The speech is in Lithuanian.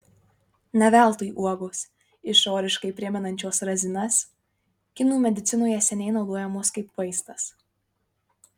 ne veltui uogos išoriškai primenančios razinas kinų medicinoje seniai naudojamos kaip vaistas